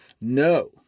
no